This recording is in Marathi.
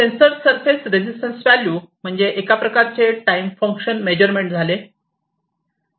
सेंसर सरफेस रेजिस्टन्स व्हॅल्यू म्हणजे एका प्रकारचे टाईम फंक्शन मेजरमेंट झाले